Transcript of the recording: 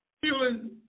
feeling